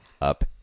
up